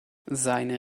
seine